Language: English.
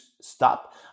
stop